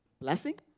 blessing